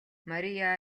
мария